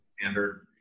standard